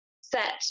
set